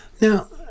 Now